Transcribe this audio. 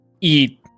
eat